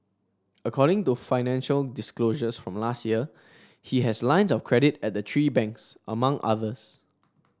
according to financial disclosures from last year he has lines of credit at the three banks among others